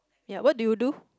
ya what do you do